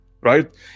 right